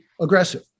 aggressive